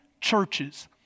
churches